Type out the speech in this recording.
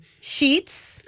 Sheets